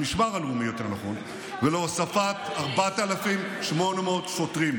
המשמר הלאומי, יותר נכון, ולהוספת 4,800 שוטרים,